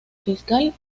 fiscal